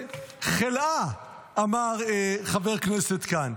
"חלאה", אמר חבר הכנסת כאן.